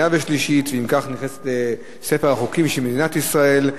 ואם כך, החוק נכנס לספר החוקים של מדינת ישראל.